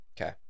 Okay